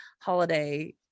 holiday